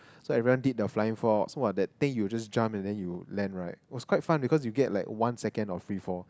so everyone did the flying fox !wah! that time you just jump and then you land right it was quite fun because you get like one second of free fall